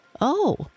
Oh